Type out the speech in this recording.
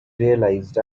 realized